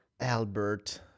Albert